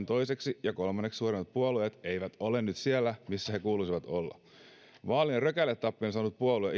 toiseksi ja kolmanneksi suurimmat puolueet eivät ole nyt siellä missä heidän kuuluisi olla vaalien rökäletappion saanut puolue